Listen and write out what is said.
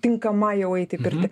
tinkama jau eit į pirtį